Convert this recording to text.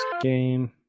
game